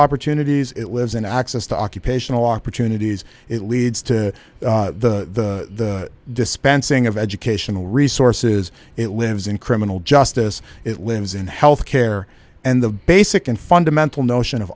opportunities it lives in access to occupational opportunities it leads to the dispensing of educational resources it lives in criminal justice it lives in health care and the basic and fundamental notion of